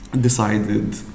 decided